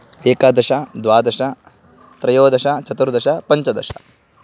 एकादश द्वादश त्रयोदश चतुर्दश पञ्चदश